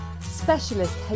specialist